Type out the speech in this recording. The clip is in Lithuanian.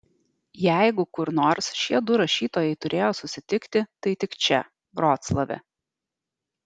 jeigu kur nors šie du rašytojai turėjo susitikti tai tik čia vroclave